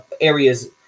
areas